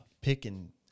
picking